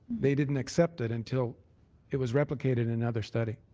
they didn't accept it until it was replicated in another study.